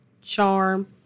charm